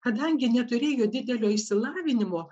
kadangi neturėjo didelio išsilavinimo